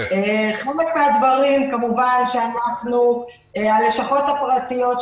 חלק מהדברים כמובן שהלשכות הפרטיות,